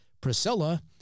Priscilla